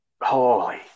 Holy